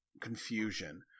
confusion